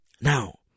Now